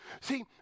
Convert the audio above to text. See